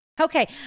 Okay